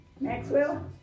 Maxwell